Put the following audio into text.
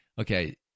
okay